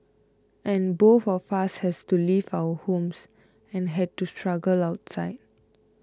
and both of us has to leave our homes and had to struggle outside